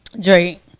Drake